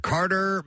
Carter